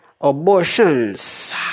Abortions